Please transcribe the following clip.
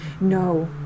No